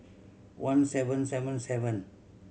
one seven seven seven